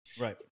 right